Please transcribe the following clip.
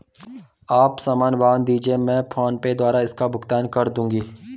आप सामान बांध दीजिये, मैं फोन पे द्वारा इसका भुगतान कर दूंगी